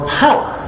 power